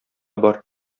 бар